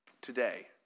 today